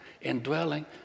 indwelling